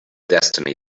destiny